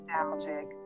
nostalgic